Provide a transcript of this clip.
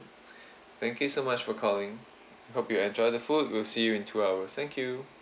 thank you so much for calling hope you enjoy the food we'll see you in two hours thank you